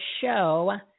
show